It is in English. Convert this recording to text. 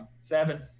Seven